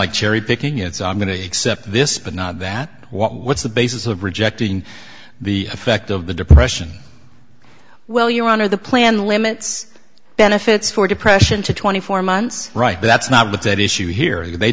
like cherrypicking it's i'm going to accept this but not that what's the basis of rejecting the effect of the depression well your honor the plan limits benefits for depression to twenty four months right that's not what that issue here they